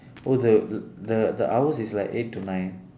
oh the the the hours is like eight to nine